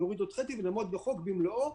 נוריד עוד חצי ונעמוד בחוק במלואו.